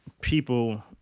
people